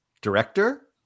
director